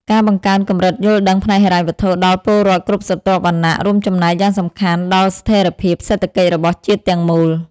ការបង្កើនកម្រិតយល់ដឹងផ្នែកហិរញ្ញវត្ថុ ដល់ពលរដ្ឋគ្រប់ស្រទាប់វណ្ណៈ រួមចំណែកយ៉ាងសំខាន់ដល់ស្ថិរភាពសេដ្ឋកិច្ចរបស់ជាតិទាំងមូល។